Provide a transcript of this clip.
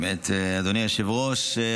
אדוני היושב-ראש,